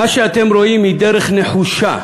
מה שאתם רואים היא דרך נחושה,